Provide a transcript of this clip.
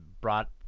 brought